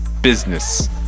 Business